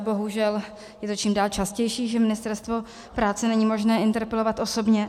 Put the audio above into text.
Bohužel je to čím dál častější, že Ministerstvo práce není možné interpelovat osobně.